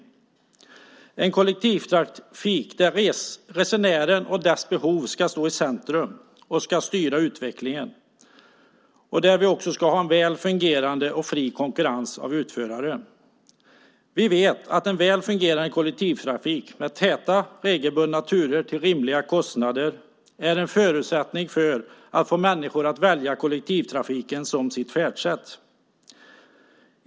Vi ska ha en kollektivtrafik där resenärerna och deras behov ska stå i centrum och styra utvecklingen. Vi ska också ha en väl fungerande och fri konkurrens av utförare. Vi vet att en väl fungerande kollektivtrafik med täta regelbundna turer till rimliga kostnader är en förutsättning för att vi ska få människor att välja kollektivtrafiken som färdsätt.